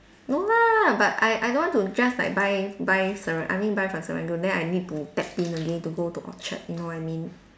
no lah but I I don't want to just like buy buy Serang~ I mean buy from Serangoon then I need to tap in again to go to Orchard you know what I mean